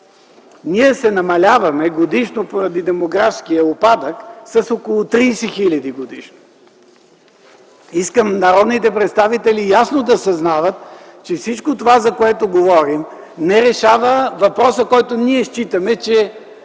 Ние намаляваме годишно, поради демографския упадък, с около 30 хиляди души годишно. Искам народните представители ясно да съзнават, че всичко това, за което говорим, не решава въпроса, който ние считаме, че